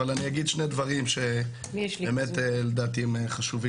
אבל אני אגיד שני דברים שבאמת לדעתי הם חשובים.